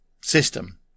system